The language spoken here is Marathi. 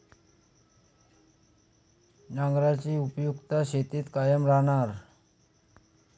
नांगराची उपयुक्तता शेतीत कायम राहणार